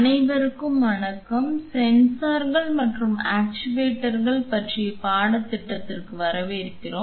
அனைவருக்கும் வணக்கம் சென்சார்கள் மற்றும் ஆக்சுவேட்டர்கள் பற்றிய பாடத்திட்டத்திற்கு வரவேற்கிறோம்